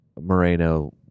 Moreno